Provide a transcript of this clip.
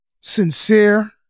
sincere